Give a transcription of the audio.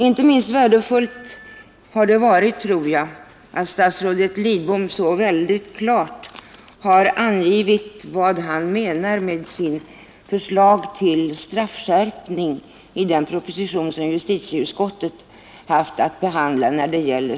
Inte minst viktigt har det varit att statsrådet Lidbom så väldigt klart har angivit vad han menar med sitt förslag till straffskärpning i den proposition som justitieutskottet har haft att behandla.